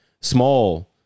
Small